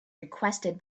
requested